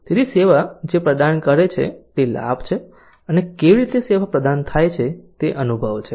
તેથી સેવા જે પ્રદાન કરે છે તે લાભ છે અને કેવી રીતે સેવા પ્રદાન થાય છે તે અનુભવ છે